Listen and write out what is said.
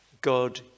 God